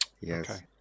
Yes